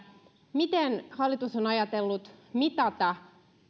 miten hallitus on ajatellut mitata